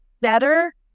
better